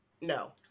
no